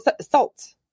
salt